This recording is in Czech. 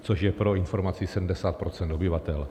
Což je pro informaci 70 % obyvatel.